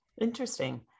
Interesting